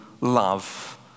love